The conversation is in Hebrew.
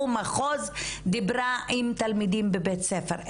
מחוז דיברה עם תלמידים עם בית הספר,